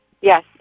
Yes